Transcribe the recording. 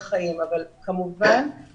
יותר קשה מאשר בחברה הערבית באופן כללי.